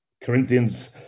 Corinthians